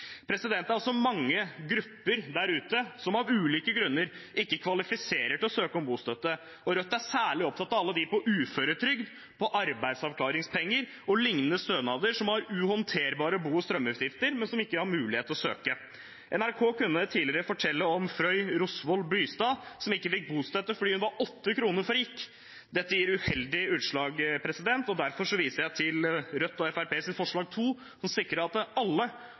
Det er også mange grupper der ute som av ulike grunner ikke kvalifiserer til å søke om bostøtte, og Rødt er særlig opptatt av alle dem på uføretrygd, på arbeidsavklaringspenger og lignende stønader som har uhåndterbare bo- og strømutgifter, men som ikke har mulighet til å søke. NRK kunne tidligere fortelle om Frøy Rosvoll-Bystad, som ikke fikk bostøtte fordi hun var 8 kr for rik. Dette gir uheldige utslag, og derfor viser jeg til forslag nr. 2, fra Rødt og Fremskrittspartiet, som sikrer at alle,